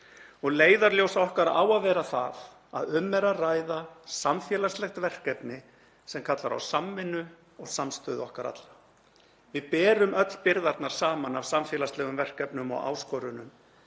og leiðarljós okkar á að vera það að um er að ræða samfélagslegt verkefni sem kallar á samvinnu og samstöðu okkar allra. Við berum öll byrðarnar saman af samfélagslegum verkefnum og áskorunum